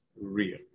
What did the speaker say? real